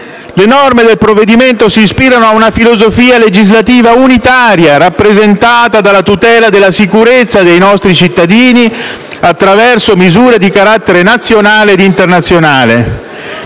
Le norme del provvedimento si ispirano ad una filosofia legislativa unitaria, rappresentata dalla tutela della sicurezza dei nostri cittadini attraverso misure di carattere nazionale ed internazionale.